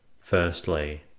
Firstly